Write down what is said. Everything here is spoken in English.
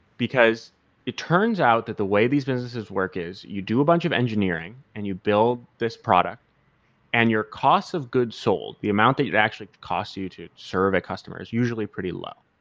because it turns out that the way these businesses work is you do a bunch of engineering and you build this product and your cost of goods sold, the amount that you'd actually cost you to serve a customer is usually pretty low,